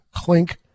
clink